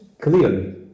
clearly